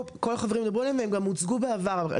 מפי כל החברים שידברו עליהם והם גם הוצגו פה בעבר.